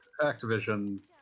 Activision